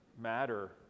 matter